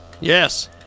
Yes